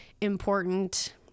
important